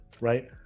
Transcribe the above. right